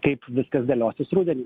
kaip viskas dėliosis rudenį